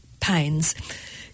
pains